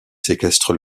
séquestre